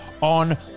on